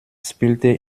spielte